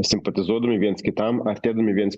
simpatizuodami viens kitam artėdami viens